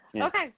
Okay